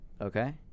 Okay